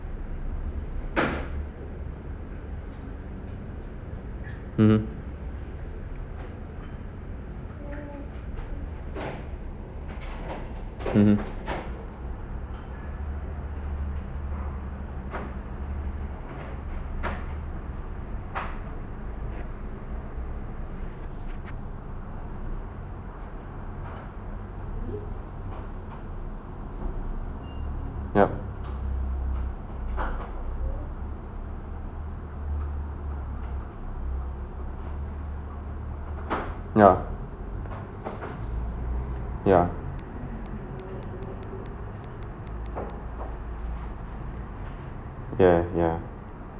mmhmm mmhmm yep ya ya yeah yeah